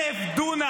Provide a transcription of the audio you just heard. די.